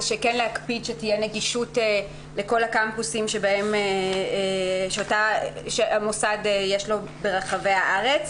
להקפיד שתהיה נגישות לכל הקמפוסים שיש למוסד ברחבי הארץ.